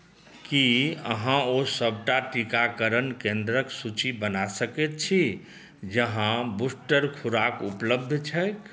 की अहाँ ओ सबटा टीकाकरण केंद्रक सूची बना सकैत छी जहाँ बूस्टर खुराक उपलब्ध छैक